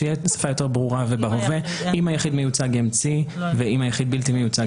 כך שזה יהיה בשפה יותר ברורה ובהווה "ואם היחיד בלתי מיוצג,